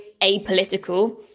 apolitical